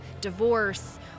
Divorce